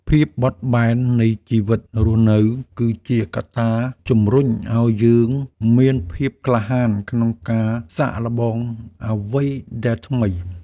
ភាពបត់បែននៃជីវិតរស់នៅ គឺជាកត្តាជំរុញឱ្យយើងមានភាពក្លាហានក្នុងការសាកល្បងអ្វីដែលថ្មី។